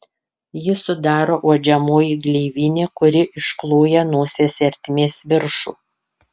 jį sudaro uodžiamoji gleivinė kuri iškloja nosies ertmės viršų